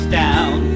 down